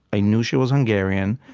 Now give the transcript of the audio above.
i knew she was hungarian,